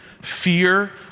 fear